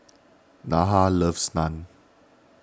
Nyah loves Naan